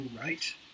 right